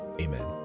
Amen